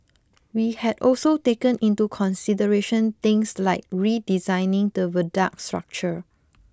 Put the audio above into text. we had also taken into consideration things like redesigning the viaduct structure